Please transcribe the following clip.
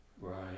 Right